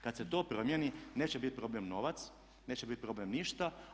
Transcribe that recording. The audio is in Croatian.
Kad se to promijeni neće biti problem novac, neće biti problem ništa.